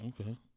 Okay